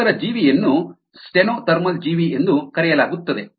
ನಂತರ ಜೀವಿಯನ್ನು ಸ್ಟೆನೋಥರ್ಮಲ್ ಜೀವಿ ಎಂದು ಕರೆಯಲಾಗುತ್ತದೆ